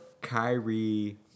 Kyrie